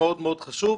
הכול פה קשור בהכול.